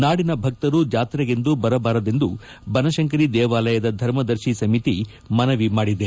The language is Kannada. ನಾಡಿನ ಭಕ್ತರು ಜಾತ್ರೆಗೆಂದು ಬರಬಾರದೆಂದು ಬನತಂಕರಿ ದೇವಾಲಯದ ಧರ್ಮದರ್ಶಿ ಸಮಿತಿ ಮನವಿ ಮಾಡಿದೆ